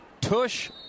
tush